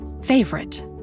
favorite